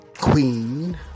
queen